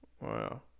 Wow